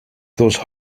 those